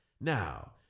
Now